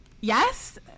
Yes